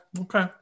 Okay